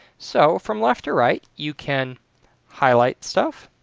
so from left to right you can highlight stuff,